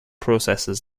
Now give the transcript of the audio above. processes